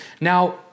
Now